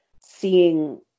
seeing